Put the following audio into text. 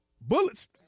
Bullets